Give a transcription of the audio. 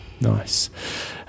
Nice